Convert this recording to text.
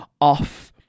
off